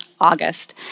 August